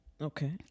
Okay